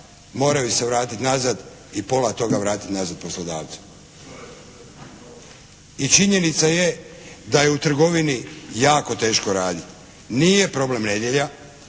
moraju se vratiti nazad i pola toga vratiti poslodavcu i činjenica je da je u trgovini jako teško raditi. Nije problem nedjelja